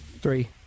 Three